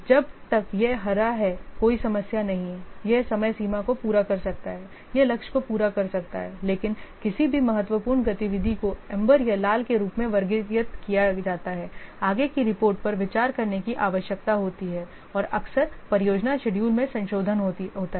जब तक यह हरा है कोई समस्या नहीं यह समय सीमा को पूरा कर सकता है यह लक्ष्य को पूरा कर सकता हैलेकिन किसी भी महत्वपूर्ण गतिविधि को एम्बर या लाल के रूप में वर्गीकृत किया जाता है आगे की रिपोर्ट पर विचार करने की आवश्यकता होती है और अक्सर परियोजना शेडूल में संशोधन होता है